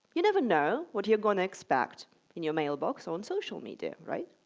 you never know what you're going to expect in your mailbox or on social media, right?